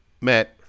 Matt